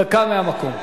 דקה, מהמקום.